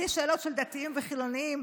בלי שאלות של דתיים וחילוניים,